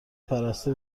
پرستو